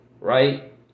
right